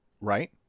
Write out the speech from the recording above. right